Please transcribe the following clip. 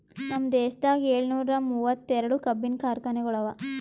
ನಮ್ ದೇಶದಾಗ್ ಏಳನೂರ ಮೂವತ್ತೆರಡು ಕಬ್ಬಿನ ಕಾರ್ಖಾನೆಗೊಳ್ ಅವಾ